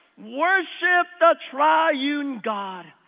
worship the triune you know god.